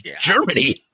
Germany